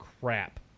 Crap